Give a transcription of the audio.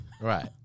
right